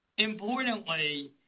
Importantly